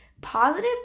positive